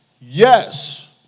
Yes